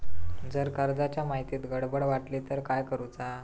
जर कर्जाच्या माहितीत गडबड वाटली तर काय करुचा?